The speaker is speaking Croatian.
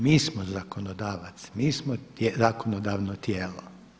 Mi smo zakonodavac, mi smo zakonodavno tijelo.